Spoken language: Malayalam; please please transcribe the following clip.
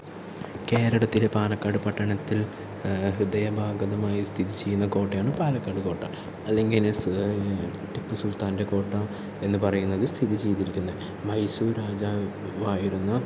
കേരളത്തിലെ പാലക്കാട് പട്ടണത്തിൽ ഹൃദയ ഭാഗത്തായി സ്ഥിതി ചെയ്യുന്ന കോട്ടയാണ് പാലക്കാട് കോട്ട അല്ലെങ്കില് ടിപ്പു സുൽത്താൻ്റെ കോട്ട എന്ന് പറയുന്നത് സ്ഥിതി ചെയ്തിരിക്കുന്നത് മൈസൂർ രാജാവായിരുന്ന